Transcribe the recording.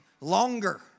longer